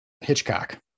Hitchcock